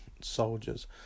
soldiers